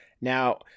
now